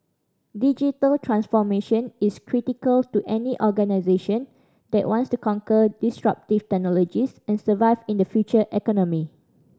digital transformation is critical to any organisation that wants to conquer disruptive technologies and survive in the future economy